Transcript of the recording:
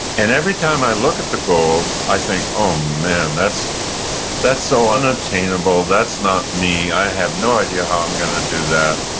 and every time i look at the goal, i think, oh, man. that's that's so unattainable. that's not me. i have no idea how i'm going to do that,